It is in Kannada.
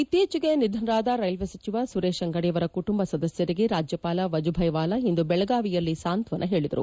ಇತ್ತೀಚೆಗೆ ನಿಧನರಾದ ರೈಲ್ವೆ ಸಚಿವ ಸುರೇಶ್ ಅಂಗಡಿಯವರ ಕುಟುಂಬ ಸದಸ್ಕರಿಗೆ ರಾಜ್ಯಪಾಲ ವಜುಭಾಯಿ ವಾಲಾ ಇಂದು ಬೆಳಗಾವಿಯಲ್ಲಿ ಸಾಂತ್ವಾನ ಹೇಳಿದರು